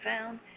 found